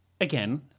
again